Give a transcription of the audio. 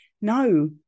No